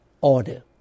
order